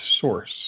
Source